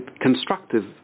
constructive